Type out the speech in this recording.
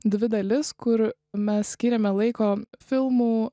dvi dalis kur mes skyrėme laiko filmų